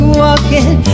walking